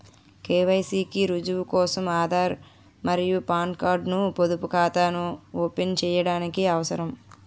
KYC కి రుజువు కోసం ఆధార్ మరియు పాన్ కార్డ్ ను పొదుపు ఖాతాను ఓపెన్ చేయడానికి అవసరం